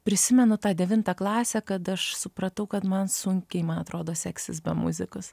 prisimenu tą devintą klasę kad aš supratau kad man sunkiai man atrodo seksis be muzikos